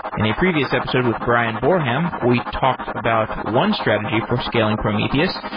in a previous episode with bryan boreham, we talked about one strategy for scaling prometheus,